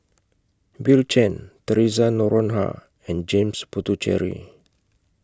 Bill Chen Theresa Noronha and James Puthucheary